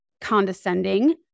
condescending